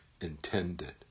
intended